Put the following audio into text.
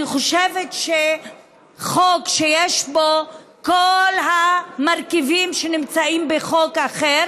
אני חושבת שחוק שיש בו את כל המרכיבים שנמצאים בחוק אחר